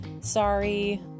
sorry